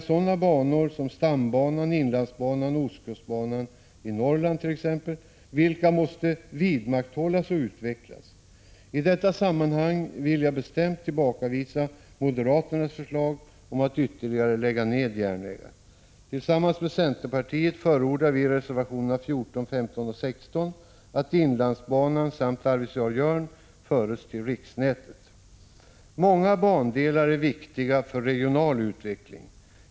Sådana banor som stambanan, inlandsbanan och ostkustbanan i Norrland måste vidmakthållas och utvecklas. I detta sammanhang vill jag bestämt tillbakavisa moderaternas förslag om att ytterligare lägga ned järnvägar. Tillsammans med centerpartiet förordar vi i reservationerna 14, 15 och 16 att inlandsbanan samt Arvidsjaur-Jörn förs till riksnätet. Många bandelar är viktiga för regional utveckling.